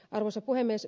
arvoisa puhemies